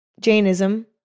Jainism